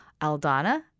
Aldana